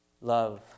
Love